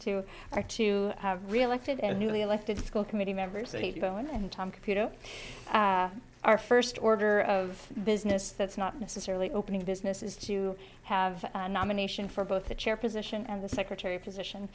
to our two realized it and newly elected school committee members they go in and tom computer our first order of business that's not necessarily opening a business is to have a nomination for both the chair position and the secretary position